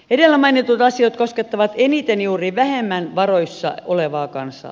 edellä mainitut asiat koskettavat eniten juuri vähemmän varoissa olevaa kansaa